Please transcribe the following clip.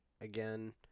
again